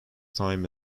time